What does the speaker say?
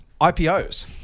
IPOs